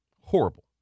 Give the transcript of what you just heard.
Horrible